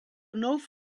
nouv